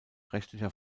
rechtlicher